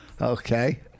Okay